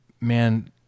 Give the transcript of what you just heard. man